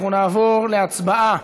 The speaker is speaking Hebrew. אנחנו נעבור להצבעה